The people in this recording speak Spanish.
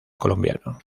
colombiano